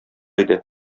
иде